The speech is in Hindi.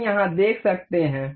हम यहां देख सकते हैं